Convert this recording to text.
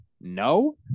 no